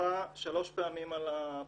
דיווחה שלוש פעמים על הפרשה.